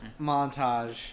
montage